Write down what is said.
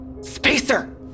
Spacer